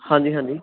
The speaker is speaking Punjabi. ਹਾਂਜੀ ਹਾਂਜੀ